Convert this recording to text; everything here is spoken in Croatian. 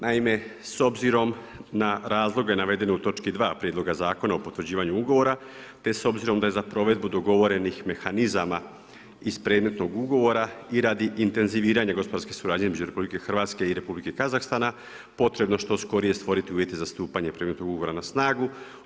Naime, s obzirom na razloge navedene u točki 2. Prijedloga zakona o potvrđivanju ugovora, te s obzirom da je za provedbu dogovorenih mehanizama iz predmetnog ugovora i radi intenziviranja gospodarske suradnje između RH i Republike Kazahstana potrebno što skorije stvoriti uvjete za stupanje predmetnog ugovora na snagu.